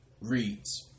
reads